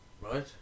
Right